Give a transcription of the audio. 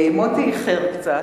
מוטי איחר קצת.